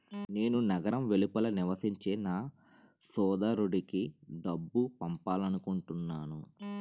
నేను నగరం వెలుపల నివసించే నా సోదరుడికి డబ్బు పంపాలనుకుంటున్నాను